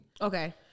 Okay